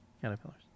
Caterpillars